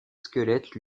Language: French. squelette